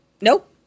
Nope